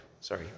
sorry